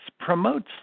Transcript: promotes